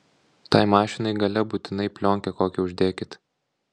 tai mašinai gale būtinai plionkę kokią uždėkit